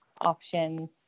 options